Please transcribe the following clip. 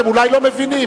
אתם אולי לא מבינים,